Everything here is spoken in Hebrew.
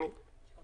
אתה צודק.